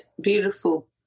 Beautiful